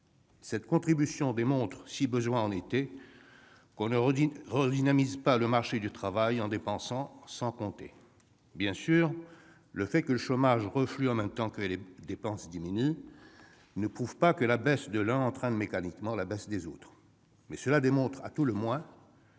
Cette contribution démontre, si besoin en était, qu'on ne redynamise pas le marché du travail en dépensant sans compter. Bien sûr, le fait que le chômage reflue parallèlement à la diminution des dépenses ne prouve pas que la baisse du premier entraîne mécaniquement la baisse des secondes, mais cela démontre à tout le moins